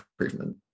improvement